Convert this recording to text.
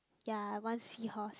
ya I want seahorse